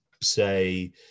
say